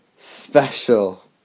Special